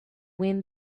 wind